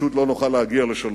פשוט לא נוכל להגיע לשלום.